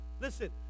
Listen